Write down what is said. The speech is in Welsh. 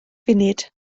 funud